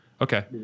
Okay